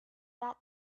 that